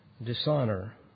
dishonor